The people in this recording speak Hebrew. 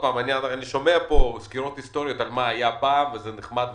אני שומע פה סקירות היסטוריות על מה היה פעם וזה נחמד וחשוב.